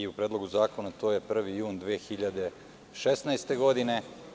U Predlogu zakona to je 1. jun 2016. godine.